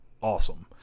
awesome